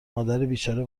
مادربیچاره